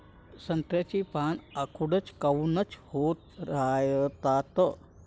संत्र्याची पान आखूड काऊन होत रायतात?